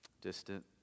distant